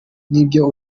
n’ibyo